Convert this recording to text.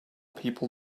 people